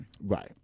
Right